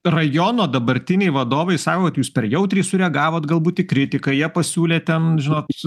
rajono dabartiniai vadovai sako kad jūs per jautriai sureagavot galbūt į kritiką jie pasiūlė ten žinot